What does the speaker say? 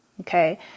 Okay